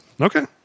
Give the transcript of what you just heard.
Okay